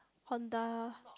Honda